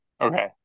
Okay